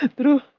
True